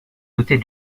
dotée